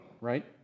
right